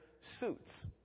suits